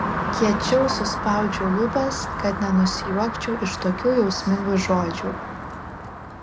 kiečiau suspaudžiu lūpas kad nenusijuokčiau iš tokių jausmingų žodžių